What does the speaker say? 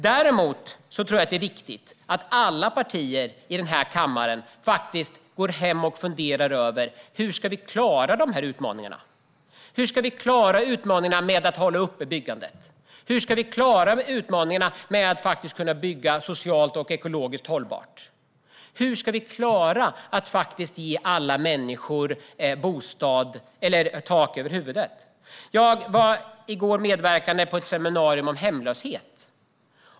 Det är dock viktigt att alla partier i kammaren går hem och funderar på hur vi ska klara utmaningarna. Hur ska vi klara utmaningen att hålla byggandet uppe och kunna bygga socialt och ekologiskt hållbart? Hur ska vi klara att ge alla människor tak över huvudet? I går medverkade jag vid ett seminarium om hemlöshet.